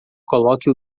coloque